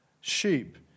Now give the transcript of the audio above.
sheep